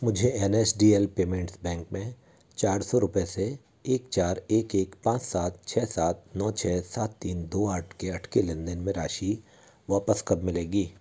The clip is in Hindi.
मुझे N S D L payments bank में चार सौ रुपये से एक चार एक एक पाँच सात छः सात नौ छः सात तीन दो आठ के अटके लेन देन में राशि वापस कब मिलेगी